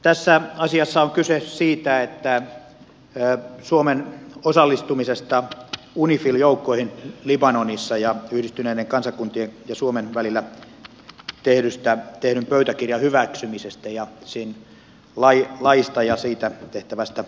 tässä asiassa on kyse suomen osallistumisesta unifil joukkoihin libanonissa ja yhdistyneiden kansakuntien ja suomen välillä tehdyn pöytäkirjan hyväksymisestä ja sen laista ja siitä tehtävästä asetuksesta